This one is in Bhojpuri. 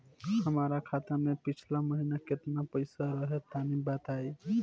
हमरा खाता मे पिछला महीना केतना पईसा रहे तनि बताई?